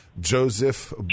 Joseph